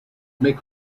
make